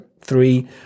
three